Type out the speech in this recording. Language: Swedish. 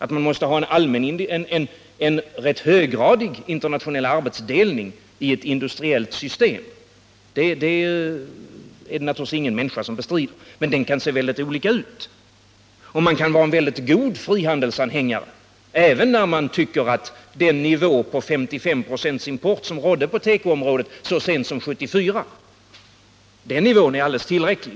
Att man måste ha en rätt höggradig internationell arbetsfördelning i ett industriellt system är det naturligtvis ingen människa som bestrider, men den kan se väldigt olika ut, och man kan vara en mycket god frihandelsanhängare även när man tycker att den nivå på 55 26 import som rådde på tekoområdet så sent som 1974 är alldeles tillräcklig.